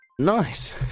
Nice